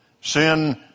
Sin